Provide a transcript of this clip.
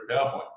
PowerPoint